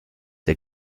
der